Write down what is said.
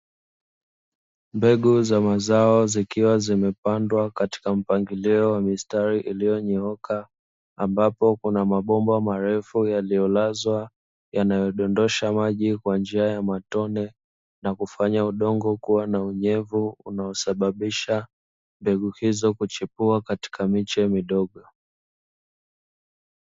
Mbegu za mazao zikiwa zimepandwa katika mpangilio wa mistari iliyonyooka ambapo kuna mabomba marefu yaliyolazwa yanayodondosha maji kwa njia ya matone na kufanya udongo kuwa na unyevu, unaosababisha mbegu hizi kuchipua katika miche midogo.